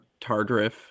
Tardriff